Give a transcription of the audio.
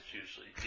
usually